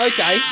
Okay